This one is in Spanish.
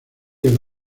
del